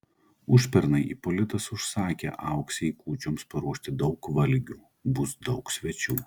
užpernai ipolitas užsakė auksei kūčioms paruošti daug valgių bus daug svečių